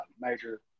major